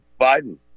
Biden